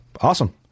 Awesome